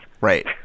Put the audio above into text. right